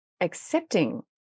accepting